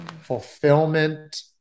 fulfillment